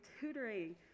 tutoring